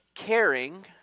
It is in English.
caring